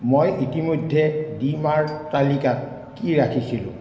মই ইতিমধ্যে ডি মাৰ্ট তালিকাত কি ৰাখিছিলোঁ